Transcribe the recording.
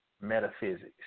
metaphysics